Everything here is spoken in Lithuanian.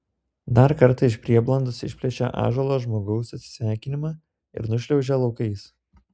dar kartą iš prieblandos išplėšia ąžuolo žmogaus atsisveikinimą ir nušliaužia laukais